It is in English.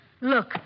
look